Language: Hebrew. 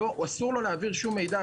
אסור לו להעביר כל מידע.